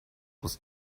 with